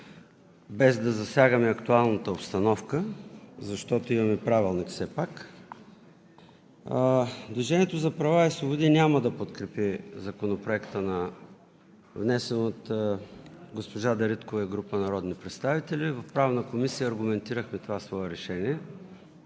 без да засягаме актуалната обстановка, защото имаме Правилник все пак, „Движението за правата и свободи“ няма да подкрепи Законопроекта, внесен от госпожа Дариткова и група народни представители – в Правната комисия аргументирахме това свое решение.